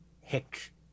hick